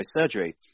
surgery